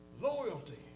Loyalty